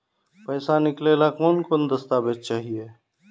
पैसा निकले ला कौन कौन दस्तावेज चाहिए?